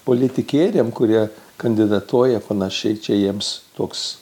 politikieriam kurie kandidatuoja panašiai čia jiems toks